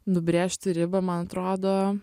nubrėžti ribą man atrodo